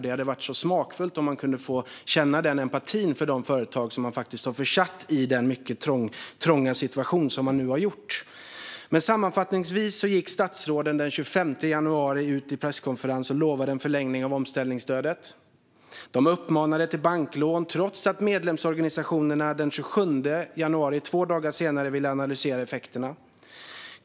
Det hade varit smakfullt att visa empati för de företag som man har försatt i denna mycket trängda situation. Sammanfattningsvis gick statsråden på en presskonferens den 25 januari ut och utlovade en förlängning av omställningsstödet. De uppmanade företagen att ta banklån trots att medlemsorganisationerna den 27 januari, två dagar senare, ville analysera effekterna.